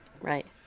right